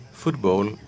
football